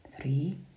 three